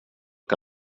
que